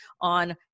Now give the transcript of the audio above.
on